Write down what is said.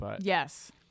Yes